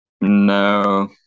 No